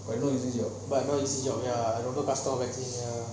no easy job ரொம்ப கஷ்டம்:romba kastam waxing